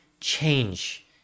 change